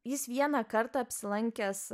jis vieną kartą apsilankęs